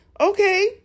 okay